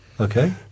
Okay